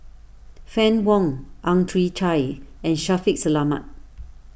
Fann Wong Ang Chwee Chai and Shaffiq Selamat